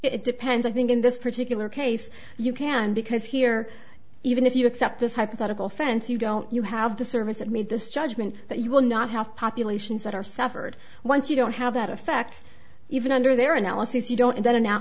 it depends i think in this particular case you can because here even if you accept this hypothetical fence you don't you have the service that made this judgment that you will not have populations that are suffered once you don't have that effect even under their analysis you don't do that a